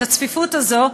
את הצפיפות הזאת,